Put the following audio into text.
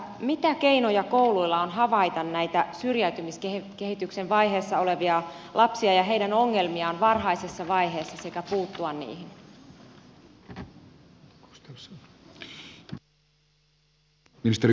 mitä keinoja kouluilla on havaita näitä syrjäytymiskehityksen vaiheessa olevia lapsia ja heidän ongelmiaan varhaisessa vaiheessa sekä puuttua niihin